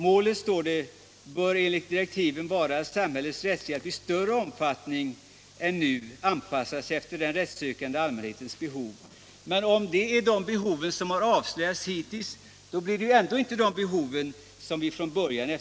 ”Målet bör enligt direktiven vara att samhällets rättshjälp i större utsträckning än f. n. anpassas efter den rättssökande allmänhetens behov.” Men om det är de behov som har avslöjats hittills, så blir det ändå inte de behov som vi från början avsåg.